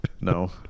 No